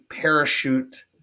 parachute